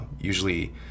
usually